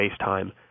FaceTime